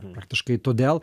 praktiškai todėl